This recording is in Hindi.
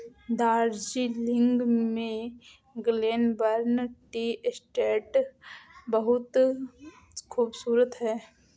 दार्जिलिंग में ग्लेनबर्न टी एस्टेट बहुत खूबसूरत है